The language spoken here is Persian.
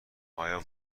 آیا